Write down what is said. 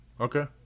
Okay